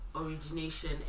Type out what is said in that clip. origination